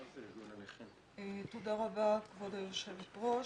רבה, כבוד היושבת-ראש.